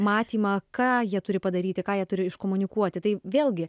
matymą ką jie turi padaryti ką jie turi iškomunikuoti tai vėlgi